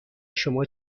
شما